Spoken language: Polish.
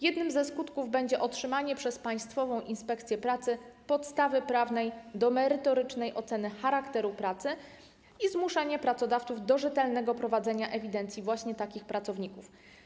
Jednym ze skutków będzie otrzymanie przez Państwową Inspekcję Pracy podstawy prawnej do merytorycznej oceny charakteru pracy i zmuszanie pracodawców do rzetelnego prowadzenia ewidencji właśnie takich pracowników.